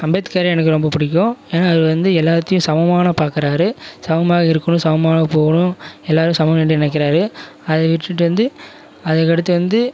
அம்பேத்காரை எனக்கு ரொம்ப பிடிக்கும் ஏன்னா அவர் வந்து எல்லாத்தையும் சமமான பார்க்குறாரு சமமாக இருக்கணும் சமமாக போகணும் எல்லாரும் சமம் என்று நினைக்கிறார் அதை விட்டுட்டு வந்து அதுக்கெடுத்து வந்து